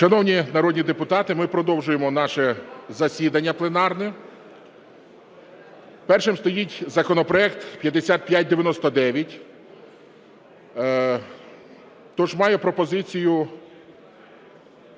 Шановні народні депутати, ми продовжуємо наше засідання пленарне. Першим стоїть законопроект 5599. Хтось має пропозицію?